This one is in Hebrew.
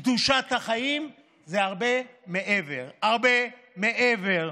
קדושת החיים זה הרבה מעבר, הרבה מעבר